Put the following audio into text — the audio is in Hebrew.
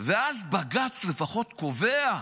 ואז בג"ץ לפחות קובע.